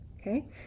Okay